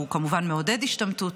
שהוא כמובן מעודד השתמטות,